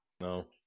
no